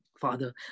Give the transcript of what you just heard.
father